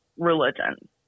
religion